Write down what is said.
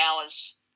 hours